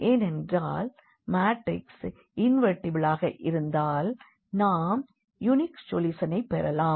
ஏனென்றால் மாற்றிக்ஸ் இன்வெர்டிபிளாக இருந்தால் நாம் யூனிக் சொல்யூஷனை பெறலாம்